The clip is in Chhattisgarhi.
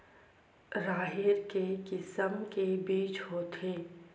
राहेर के किसम के बीज होथे?